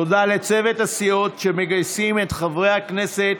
תודה לצוות הסיעות שמגייסים את חברי הכנסת